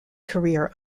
career